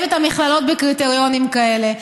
בקריטריונים כאלה.